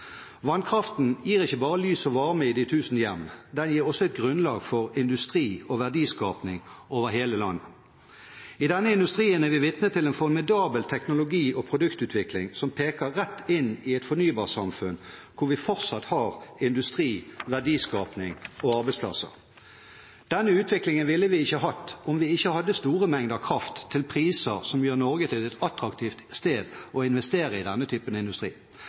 Vannkraften gir ikke bare lys og varme i de tusen hjem. Den gir også grunnlag for industri og verdiskaping over hele landet. I denne industrien er vi vitne til en formidabel teknologi- og produktutvikling som peker rett inn i et fornybarsamfunn hvor vi fortsatt har industri, verdiskaping og arbeidsplasser. Denne utviklingen ville vi ikke hatt om vi ikke hadde store mengder kraft til priser som gjør Norge til et attraktivt sted å investere i denne typen industri.